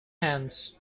hands